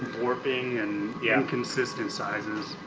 warping and yeah inconsistent sizes.